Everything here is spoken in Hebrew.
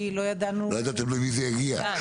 כי לא ידענו --- לא ידעתם למי זה יגיע.